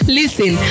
listen